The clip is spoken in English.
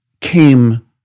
came